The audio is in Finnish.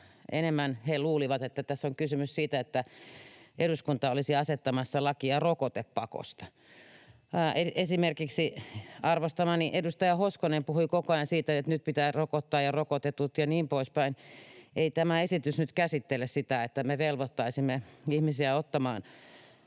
enemmän he kyllä luulivat, että tässä on kysymys siitä, että eduskunta olisi asettamassa lakia rokotepakosta. Esimerkiksi arvostamani edustaja Hoskonen puhui koko ajan, että ”nyt pitää rokottaa” ja ”rokotetut” ja niin poispäin. Ei tämä esitys nyt käsittele sitä, että me velvoittaisimme ihmisiä ottamaan